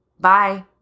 Bye